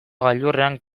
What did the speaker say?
gailurrean